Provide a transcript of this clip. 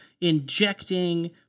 injecting